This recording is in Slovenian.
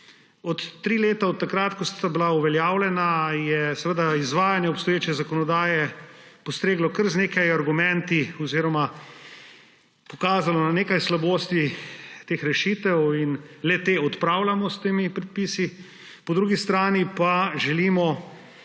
Tri leta od takrat, ko sta bila uveljavljena, je izvajanje obstoječe zakonodaje postreglo s kar nekaj argumenti oziroma pokazalo na nekaj slabosti teh rešitev in le-te odpravljamo s temi predpisi, po drugi strani pa želimo